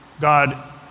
God